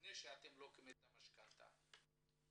לפני שלקחתם את המשכנתא?